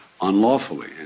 unlawfully